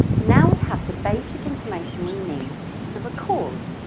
now we have the basic information we need to record.